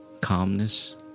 Calmness